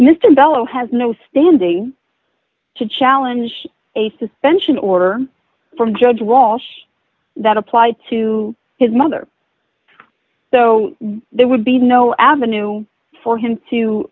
mr bello has no standing to challenge a suspension order from judge walsh that apply to his mother so there would be no avenue for him to